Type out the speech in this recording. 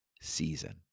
season